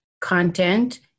content